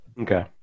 Okay